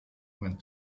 went